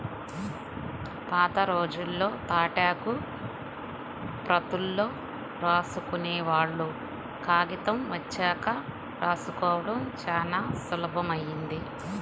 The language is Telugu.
పాతరోజుల్లో తాటాకు ప్రతుల్లో రాసుకునేవాళ్ళు, కాగితం వచ్చాక రాసుకోడం చానా సులభమైంది